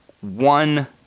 one